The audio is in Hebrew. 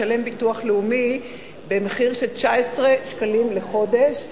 משלם לביטוח לאומי סכום של 19 שקלים לחודש,